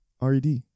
red